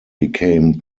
became